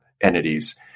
entities